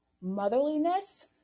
motherliness